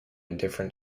different